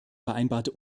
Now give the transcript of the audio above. vereinbarte